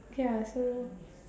ya so